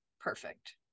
perfect